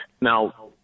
Now